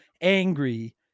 angry